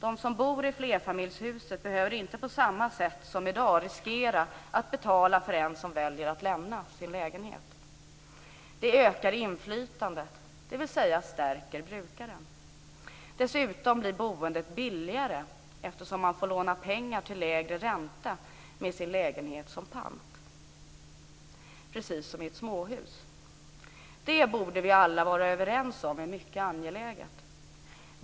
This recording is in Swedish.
De som bor i flerfamiljshus behöver inte på samma sätt som i dag riskera att betala för den som väljer att lämna sin lägenhet. Det ökar inflytandet, dvs. stärker brukaren. Dessutom blir boendet billigare eftersom man får låna pengar till lägre ränta med sin lägenhet som pant, precis som i ett småhus. Det borde vi alla vara överens om är mycket angeläget.